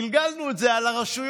גלגלנו את זה על הרשויות,